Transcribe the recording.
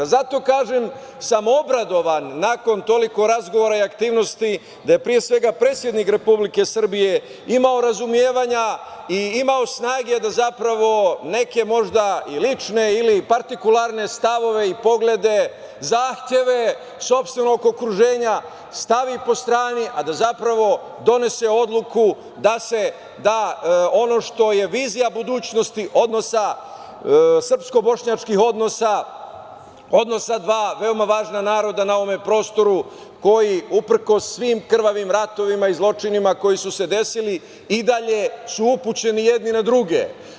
Zato kažem da sam se obradovao nakon toliko razgovora i aktivnosti, da je pre svega predsednik Republike Srbije imao razumevanja i imao snage da zapravo neke možda i lične ili partikularne stavove, poglede, zahteve sopstvenog okruženja stavi po strani, a da zapravo donese odluku da se da ono što je vizija budućnosti srpsko-bošnjačkih odnosa, odnosa dva veoma važna naroda na ovom prostoru koji uprkos svim krvavim ratovima i zločinima koji su se desili i dalje su upućeni jedni na druge.